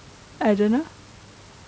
I don't know